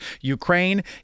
Ukraine